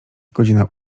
godzina